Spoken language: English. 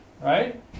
right